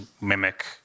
mimic